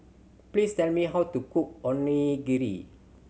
please tell me how to cook Onigiri